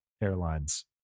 airlines